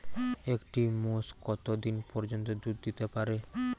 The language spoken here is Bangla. একটি মোষ কত দিন পর্যন্ত দুধ দিতে পারে?